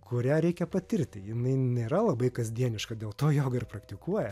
kurią reikia patirti jinai nėra labai kasdieniška dėl to joga ir praktikuoja